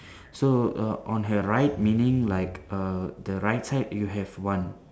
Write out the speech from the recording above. so err on her right meaning like err the right side you have one